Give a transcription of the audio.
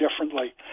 differently